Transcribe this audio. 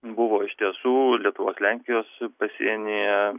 buvo iš tiesų lietuvos lenkijos pasienyje